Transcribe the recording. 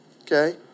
Okay